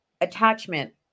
attachment